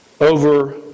over